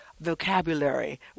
vocabulary